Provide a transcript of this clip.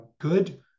good